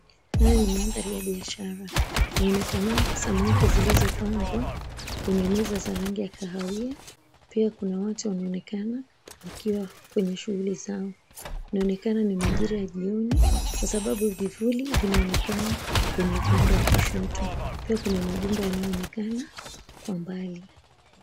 Haya ni mandhari ya biashara kunaonekana samaki zilizopangwa kwenye meza za rangi ya kahawia, pia kuna watu wanaonekana wakiwa kwenye shughuli zao, inaonekana ni majira ya jioni kwa sababu vivuli vinaoenekana kwenye upande wa kushoto, pia kuna majumba yanayoonekana kwa mbali.